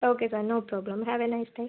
okay sir no problem have a nice day